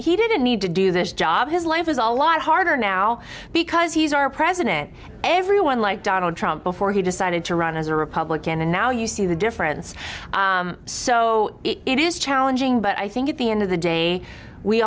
he didn't need to do this job bob his life is a lot harder now because he's our president everyone like donald trump before he decided to run as a republican and now you see the difference so it is challenging but i think at the end of the day we